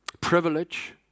privilege